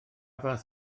fath